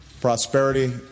prosperity